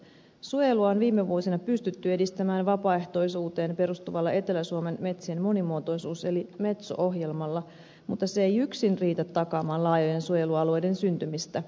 suojelua on viime vuosina pystytty edistämään vapaaehtoisuuteen perustuvalla etelä suomen metsien monimuotoisuus eli metso ohjelmalla mutta se ei yksin riitä takaamaan laajojen suojelualueiden syntymistä